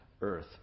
earth